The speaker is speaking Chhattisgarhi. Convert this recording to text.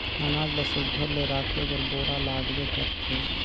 अनाज ल सुग्घर ले राखे बर बोरा लागबे करथे